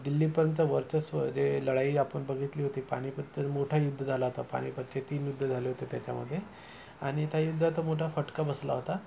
दिल्लीपर्यंत वर्चस्व जे लढाई आपण बघितली होती पानिपतचा मोठा युद्ध झाला होता पानिपतचे तीन युद्ध झाले होते त्याच्यामध्ये आणि त्या युद्धाचा मोठा फटका बसला होता